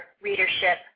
readership